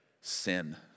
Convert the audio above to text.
Sin